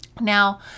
Now